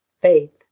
faith